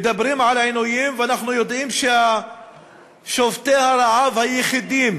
ואנחנו יודעים ששובתי הרעב היחידים